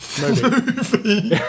movie